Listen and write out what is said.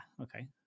okay